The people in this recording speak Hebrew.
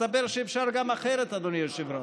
מסתבר שאפשר גם אחרת, אדוני היושב-ראש.